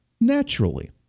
naturally